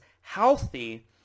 healthy